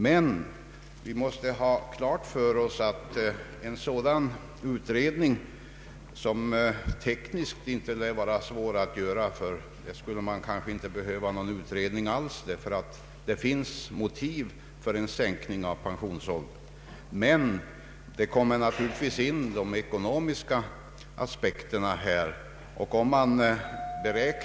Men vi måste ha klart för oss att en sådan utredning, även om den rent tekniskt inte lär vara svår att göra, naturligtvis måste innefatta de ekonomiska aspekterna. Ja, man skulle kanske inte ens behöva någon utredning, därför att det ju självklart finns motiv för en sänkning av pensionsåldern.